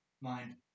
mind